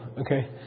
Okay